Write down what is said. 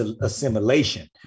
assimilation